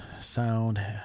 sound